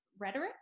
rhetoric